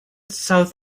south